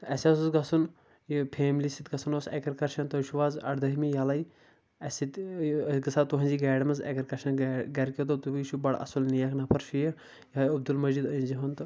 تہٕ اسہِ حظ اوس گژھُن یہِ فیملی سۭتۍ گژھُن اوس اٮ۪کٕسکرشن تُہۍ چھو حظ اردہمہِ ییٚلے اسہِ سۭتۍ أسۍ گژھِ ہو تُہٕںٛزی گاڑِ منٛز اٮ۪کٕسکرشن گا گرِکیو دوٚپ تُہی چھُو بڑٕ اصل نیک نفر چھُ یہِ یہٕے عبدُل مٔجیٖد أنۍ زِہوٚن تہٕ